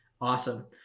awesome